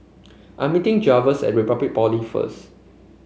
I'm meeting Javier at Republic Polytechnic first